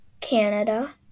Canada